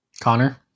Connor